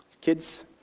kids